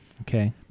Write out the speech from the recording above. Okay